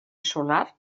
solar